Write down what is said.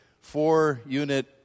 four-unit